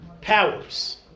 Powers